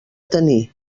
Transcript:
tenir